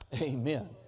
Amen